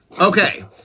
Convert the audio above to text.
Okay